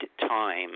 time